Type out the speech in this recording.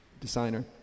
designer